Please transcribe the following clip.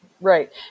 right